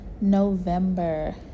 November